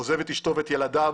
עוזב את אשתו ואת ילדיו